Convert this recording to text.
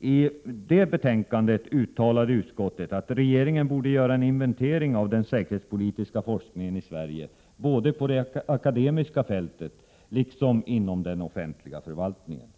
I detta betänkande uttalade utskottet att regeringen borde göra en inventering av den säkerhetspolitiska forskningen i Sverige, både på det akademiska fältet och inom den offentliga förvaltningen.